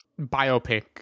biopic